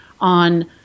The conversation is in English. on